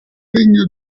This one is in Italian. regno